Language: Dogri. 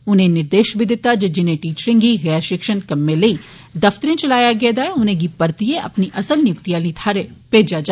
उनें एह निर्देष बी दित्ता कि जिने टीचरें गी गैर षिक्षण कम्में लेई दफ्तरें च लाए गेदा ऐ उनेंगी परतियै अपनिएं अस्सल नियुक्ति आलिएं थाहरें भेजेआ जा